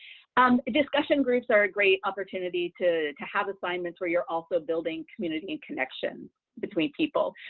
and discussion groups are a great opportunity to to have assignments where you're also building community and connections between people,